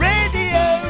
Radio